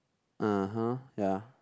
(uh huh) ya